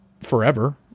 Forever